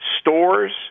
stores